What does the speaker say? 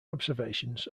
observations